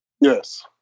Yes